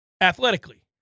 athletically